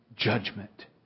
Judgment